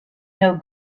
know